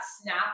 snap